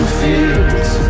fields